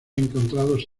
encontrados